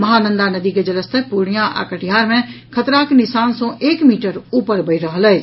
महानंदा नदी के जलस्तर पूर्णियां आ कटिहार मे खतराक निशान सँ एक मीटर ऊपर बहि रहल अछि